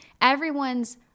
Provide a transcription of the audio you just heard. Everyone's